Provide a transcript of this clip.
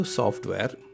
software